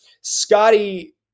Scotty